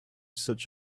such